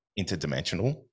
interdimensional